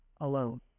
alone